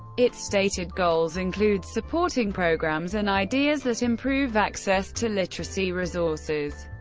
its stated goals include supporting programs and ideas that improve access to literacy resources,